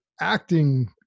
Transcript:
acting